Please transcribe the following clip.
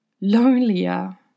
lonelier